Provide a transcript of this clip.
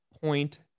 point